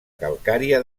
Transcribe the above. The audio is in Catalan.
calcària